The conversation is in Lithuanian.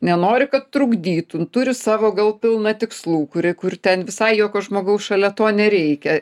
nenori kad trukdytų turi savo gal pilna tikslų kuri kur ten visai jokio žmogaus šalia to nereikia